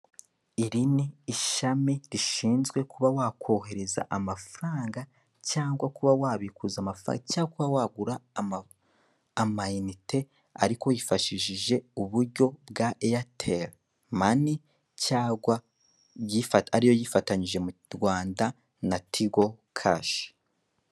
Iri ni ishami rishinzwe kuba wakohereza amafaranga cyangwa kuba wabikuza amafaranga cyangwa kuba wagura amayinite ariko wifashishije uburyo bwa Airtel Mani(Airtel money) cyangwa ariyo yifatanyije mu U Rwanda Tigo kashi.